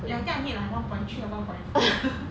ya I think I need like one point three or one point four